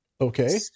okay